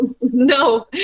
No